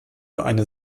eine